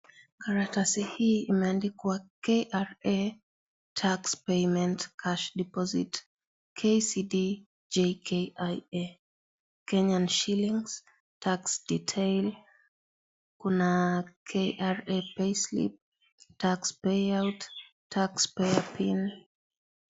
Karatasi hii imeandikwa 'KRA Tax Payment Cash Deposit' (KCD) JKIA 'Kenyan Shillings', 'Tax Detail', kuna 'KRA Pay Slip', 'Tax Payout', 'Tax Payer Pin'